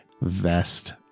vest